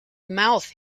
mouth